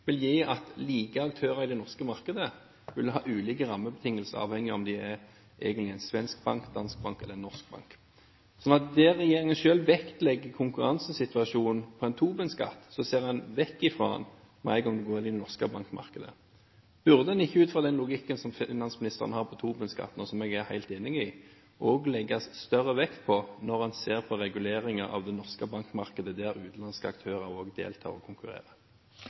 vil gi at like aktører i det norske markedet vil ha ulike rammebetingelser, avhengig av om de er en svensk bank, en dansk bank eller en norsk bank. Så det regjeringen selv vektlegger i konkurransesituasjonen gjennom en Tobin-skatt, ser en vekk fra med en gang man går i det norske bankmarkedet. Burde en ikke utfordre den logikken som finansministeren har når det gjelder Tobin-skatten, og som jeg er helt enig i, og legge større vekt på det når en ser på reguleringer av det norske bankmarkedet, der også utenlandske aktører deltar og